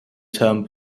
term